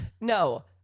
No